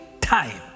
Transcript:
time